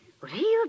Real